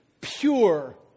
pure